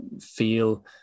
feel